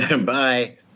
Bye